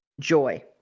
joy